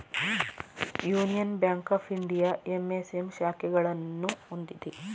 union Bank of India MSM ಶಾಖೆಗಳನ್ನು ಹೊಂದಿದೆ